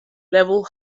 level